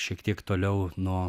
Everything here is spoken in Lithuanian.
šiek tiek toliau nuo